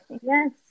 yes